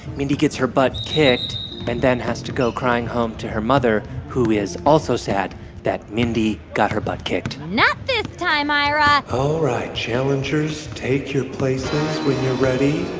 mindy gets her butt kicked and then has to go crying home to her mother, who is also sad that mindy got her butt kicked not this time, ira all right. challengers, take your places when you're ready.